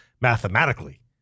mathematically